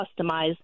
customize